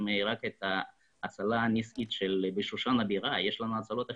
את ההצלה הפלאית בשושן הבירה כי הרי יש לנו הצלות אחרות.